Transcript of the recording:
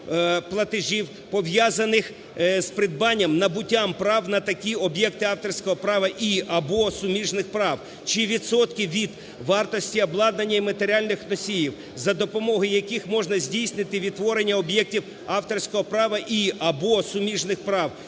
платежів, пов'язаних з придбанням (набуттям) прав на такі об'єкти авторського права і (або) суміжних прав, чи відсотки від вартості обладнання і матеріальних носіїв, за допомогою яких можна здійснити відтворення об'єктів авторського права і (або) суміжних прав